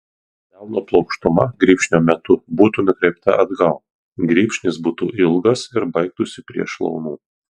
delno plokštuma grybšnio metu būtų nukreipta atgal grybšnis būtų ilgas ir baigtųsi prie šlaunų